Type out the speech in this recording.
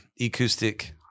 acoustic